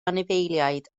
anifeiliaid